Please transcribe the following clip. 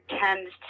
tends